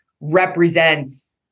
represents